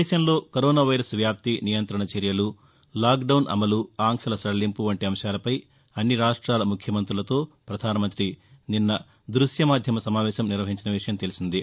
దేశంలో corona virus వ్యాప్తినియంత్రణ చర్యలు లాక్ డౌన్ అమలు ఆంక్షల సదలింపు వంటి అంశాలపై అన్ని రాష్టాల ముఖ్యమంతులతో ప్రధానమంతి నిన్న ద్భశ్యమాధ్యమ సమావేశం నిర్వహించిన విషయం తెలిసిందే